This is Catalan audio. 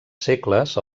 segles